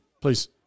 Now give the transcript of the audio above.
Please